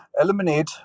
eliminate